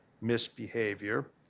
misbehavior